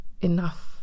enough